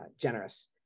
generous